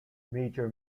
major